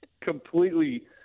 completely